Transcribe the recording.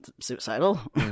suicidal